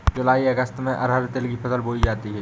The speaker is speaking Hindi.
जूलाई अगस्त में अरहर तिल की फसल बोई जाती हैं